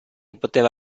poteva